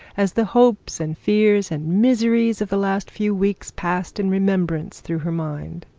as the hopes and fears and miseries of the last few weeks passed in remembrance through her mind.